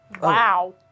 wow